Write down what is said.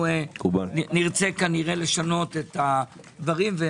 ונרצה כנראה לשנות את הדברים.